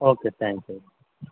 okay thank you